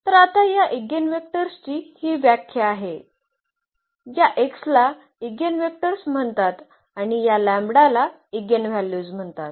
तर आता या ईगेनवेक्टर्सची ही व्याख्या आहे या x ला ईगेनवेक्टर्स म्हणतात आणि या लॅम्ब्डाला इगेनव्हल्यूज म्हणतात